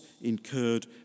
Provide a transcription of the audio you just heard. incurred